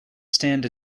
stand